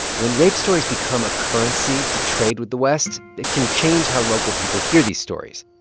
when rape stories become a currency to trade with the west, it can change how local people hear these stories.